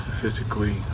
physically